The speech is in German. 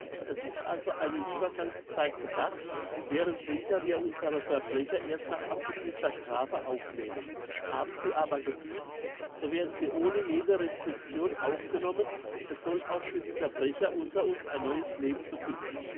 es ist also eine uebergangszeit gedacht während welcher wir unsere verbrecher erst nach abgebüsster strafe aufnehmen haben sie aber gebüsst so werden sie ohne jede restriction aufgenommen es soll auch für die verbrecher unter uns ein neues leben beginnen